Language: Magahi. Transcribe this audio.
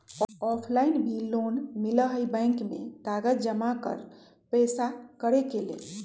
ऑफलाइन भी लोन मिलहई बैंक में कागज जमाकर पेशा करेके लेल?